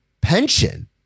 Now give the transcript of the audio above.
pension